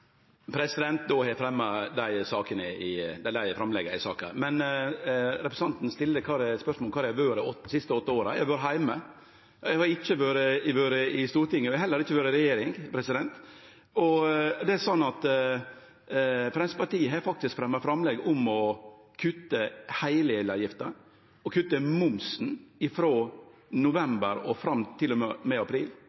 Representanten stiller spørsmål om kor eg har vore dei siste åtte åra. Eg har vore heime. Eg har ikkje vore i Stortinget, og eg har heller ikkje vore i regjering. Framstegspartiet har faktisk gjort framlegg om å kutte heile elavgifta, og om å kutte momsen frå november og fram til og med april. Det betyr mange tusen i